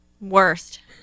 Worst